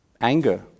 Anger